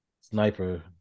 sniper